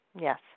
Yes